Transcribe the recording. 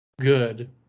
good